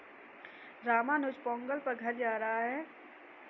रामानुज पोंगल पर घर जा रहा है